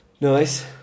Nice